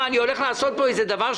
מה, אני הולך לעשות פה מחטף?